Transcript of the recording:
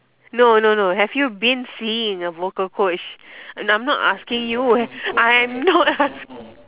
no no no have you been seeing a vocal coach I'm not asking you I'm not ask~